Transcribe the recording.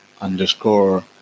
underscore